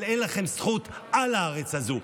אבל אין לכם זכות על הארץ הזו.